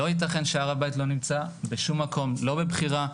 ולא יתכן שהר הבית לא נמצא בשום מקום, לא מבחירה,